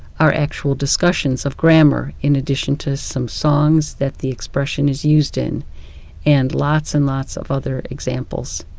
are actual discussions of grammar in addition to some songs that the expression is used in and lots and lots of other examples.